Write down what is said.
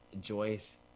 joyce